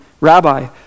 Rabbi